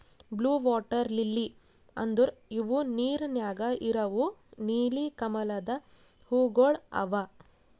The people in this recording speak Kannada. ಬ್ಲೂ ವಾಟರ್ ಲಿಲ್ಲಿ ಅಂದುರ್ ಇವು ನೀರ ನ್ಯಾಗ ಇರವು ನೀಲಿ ಕಮಲದ ಹೂವುಗೊಳ್ ಅವಾ